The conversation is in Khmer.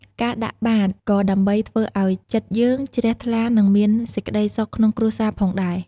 ការដាក់បាតក៏ដើម្បីធ្វើឱ្យចិត្តយើងជ្រះថ្លានិងមានសេចក្ដីសុខក្នុងគ្រួសារផងដែរ